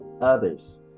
others